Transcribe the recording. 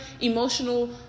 emotional